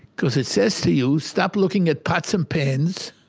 because it says to you, stop looking at pots and pans,